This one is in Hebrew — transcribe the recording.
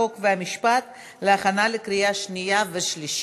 חוק ומשפט להכנה לקריאה שנייה ושלישית.